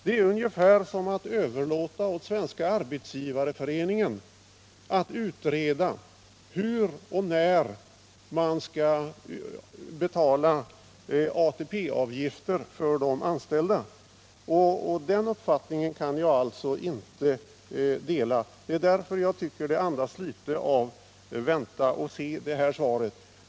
Det är ungefär som att överlåta åt Svenska arbetsgivareföreningen att utreda hur och när man skall betala ATP-avgifter för de anställda. Jag kan alltså inte dela socialministerns uppfattning i det avseendet. Jag tycker att svaret andas litet av vänta-och-se.